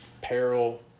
peril